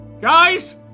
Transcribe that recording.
guys